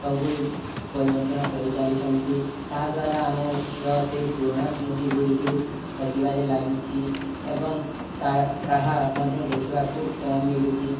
ସବୁ ପରିବର୍ତ୍ତନ କରିଚାଲିଛନ୍ତି ତାଦ୍ଵାରା ଆମର ସେ ପୁରୁଣା ସ୍ମୃତିଗୁଡ଼ିକୁ ହଜିବାରେ ଲାଗିଛି ଏବଂ ତା ତାହା ମଧ୍ୟ ଦେଖିବାକୁ କମ୍ ମିଲୁଛି